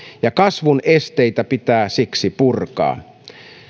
ja kasvun esteitä pitää siksi purkaa